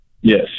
Yes